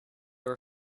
were